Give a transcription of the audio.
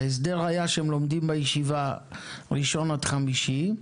ההסדר היה שהם לומדים בישיבה ראשון עד חמישי,